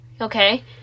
Okay